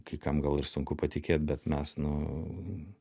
kai kam gal ir sunku patikėt bet mes nu